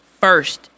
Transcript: first